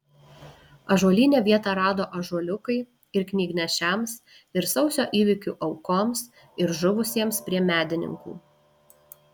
ąžuolyne vietą rado ąžuoliukai ir knygnešiams ir sausio įvykių aukoms ir žuvusiems prie medininkų